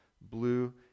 blue